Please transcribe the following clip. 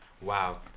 Wow